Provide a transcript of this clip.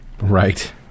Right